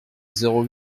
zéro